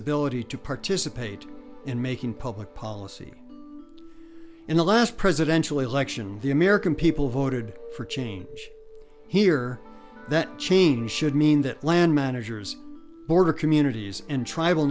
ability to participate in making public policy in the last presidential election the american people voted for change here that change should mean that land managers border communities and tribal